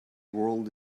world